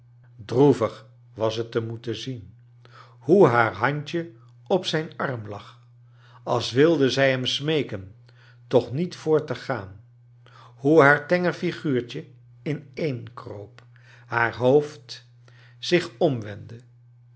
was t te moeten zien hoe haar handje op zijn arm lag als wilde zij hem smeeken toch niet voort te gaan hoe haar tenger figuurtje ineenkroop haar hoofd zich omwendde